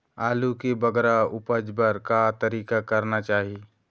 आलू के बगरा उपज बर का तरीका करना चाही?